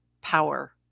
power